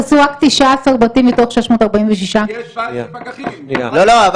אם תהרוס בתים באופן יותר --- ביטחון לא יהיה לך.